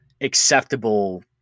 acceptable